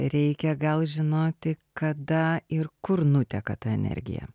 reikia gal žinoti kada ir kur nuteka ta energija